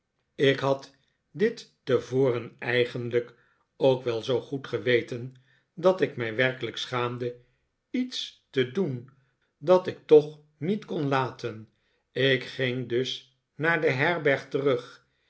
ik had dit tevoren eigenlijk ook wel zoo goed geweten dat ik mij werkelijk schaamde iets te doen dat ik toch niet kon laten ik ging dus naar de herberg terug